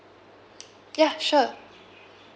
yeah sure